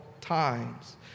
times